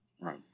Right